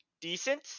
decent